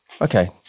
Okay